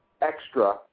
extra